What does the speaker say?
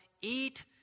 Eat